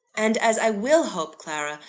and as i will hope, clara,